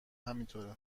همینطوره